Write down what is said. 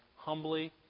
humbly